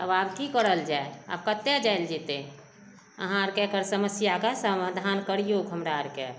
तब आब की कयल जाए आब कतऽ जायल जेतै अहाँ आरके एकर समस्याके समाधान करियौक हमरा आरके